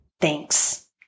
thanks